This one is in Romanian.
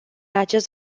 acest